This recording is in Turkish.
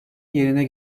yerine